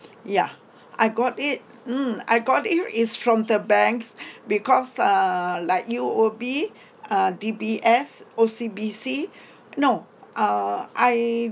ya I got it mm I got it is from the bank because uh like U_O_B uh D_B_S O_C_B_C no uh I